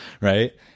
right